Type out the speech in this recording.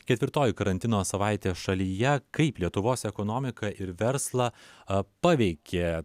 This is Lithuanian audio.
ketvirtoji karantino savaitė šalyje kaip lietuvos ekonomiką ir verslą paveikė